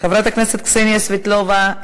חברת הכנסת קסניה סבטלובה,